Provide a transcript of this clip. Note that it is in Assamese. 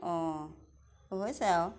অঁ হৈছে আৰু